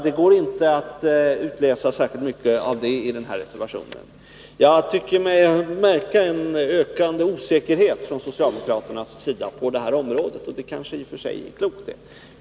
Det går inte att utläsa särskilt mycket av det i reservationen. Jag tycker mig märka en ökande osäkerhet från socialdemokraternas sida på det här området, och det kan i och för sig vara klokt.